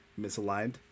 misaligned